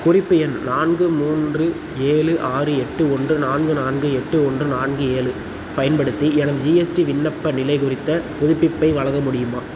குறிப்பு எண் நான்கு மூன்று ஏழு ஆறு எட்டு ஒன்று நான்கு நான்கு எட்டு ஒன்று நான்கு ஏழு பயன்படுத்தி எனது ஜிஎஸ்டி விண்ணப்ப நிலை குறித்த புதுப்பிப்பை வழங்க முடியுமா